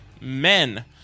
Men